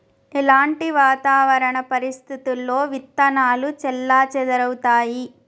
ఎలాంటి వాతావరణ పరిస్థితుల్లో విత్తనాలు చెల్లాచెదరవుతయీ?